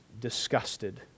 disgusted